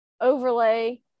overlay